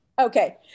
Okay